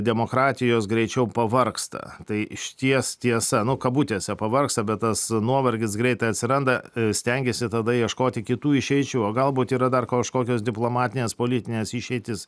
demokratijos greičiau pavargsta tai išties tiesa nu kabutėse pavargsta bet tas nuovargis greitai atsiranda stengiesi tada ieškoti kitų išeičių o galbūt yra dar kažkokios diplomatinės politinės išeitys